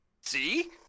See